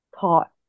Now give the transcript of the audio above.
taught